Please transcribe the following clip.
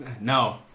No